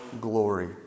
glory